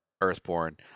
earthborn